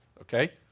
okay